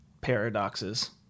Paradoxes